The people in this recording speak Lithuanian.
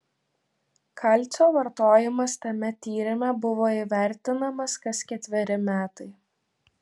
kalcio vartojimas tame tyrime buvo įvertinamas kas ketveri metai